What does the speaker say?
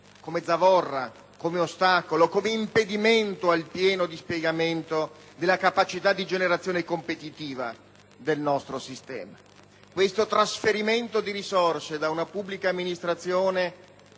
come zavorra, come ostacolo, come impedimento al pieno dispiegamento della capacità di generazione competitiva del nostro sistema. Questo trasferimento di risorse da una pubblica amministrazione